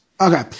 Okay